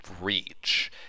reach